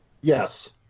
Yes